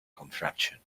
contraption